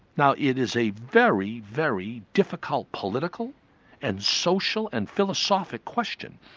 now it is a very, very difficult political and social and philosophical question.